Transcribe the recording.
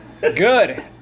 Good